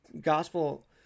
gospel